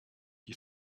you